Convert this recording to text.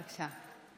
בבקשה.